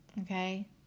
Okay